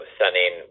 sending